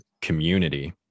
community